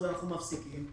אנחנו מפסיקים,